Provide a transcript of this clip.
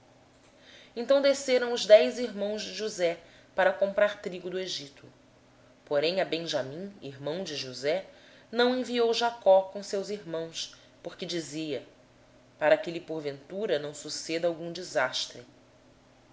então desceram os dez irmãos de josé para comprarem trigo no egito mas a benjamim irmão de josé não enviou jacó com os seus irmãos pois disse para que porventura não lhe suceda algum desastre